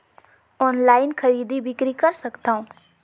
Online खरीदी बिक्री कर सकथव?